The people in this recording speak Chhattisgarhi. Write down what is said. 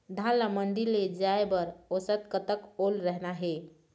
धान ला मंडी ले जाय बर औसत कतक ओल रहना हे?